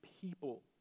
people